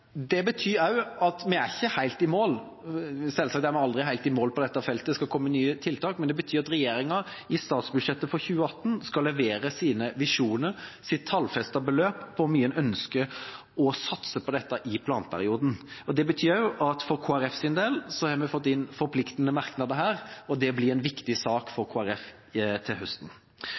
Det betyr at vi er ikke helt i mål. Selvsagt er en aldri helt i mål på dette feltet, det skal komme nye tiltak, men det betyr at regjeringa i statsbudsjettet for 2018 skal levere sine visjoner og sitt tallfestede beløp for hvor mye en ønsker å satse på dette i planperioden. Det betyr også at for Kristelig Folkepartis del har vi fått inn forpliktende merknader her, og det blir en viktig sak for Kristelig Folkeparti til høsten.